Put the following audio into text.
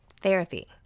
Therapy